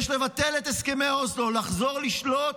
יש לבטל את הסכמי אוסלו, לחזור לשלוט,